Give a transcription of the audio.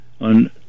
on